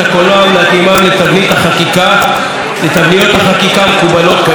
ולהתאימם לתבניות החקיקה המקובלות כיום.